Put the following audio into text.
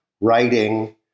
Writing